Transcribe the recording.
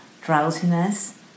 drowsiness